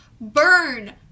burn